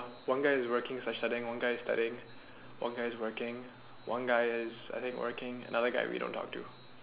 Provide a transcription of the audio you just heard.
one guy is working one guy I studying one guy is working one guy is I think working and the other guy we don't talk to